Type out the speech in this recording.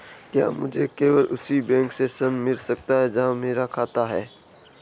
क्या मुझे केवल उसी बैंक से ऋण मिल सकता है जहां मेरा खाता है?